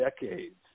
decades